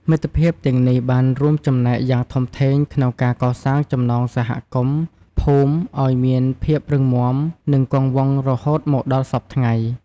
មិត្តភាពទាំងនេះបានរួមចំណែកយ៉ាងធំធេងក្នុងការកសាងចំណងសហគមន៍ភូមិឲ្យមានភាពរឹងមាំនិងគង់វង្សរហូតមកដល់សព្វថ្ងៃ។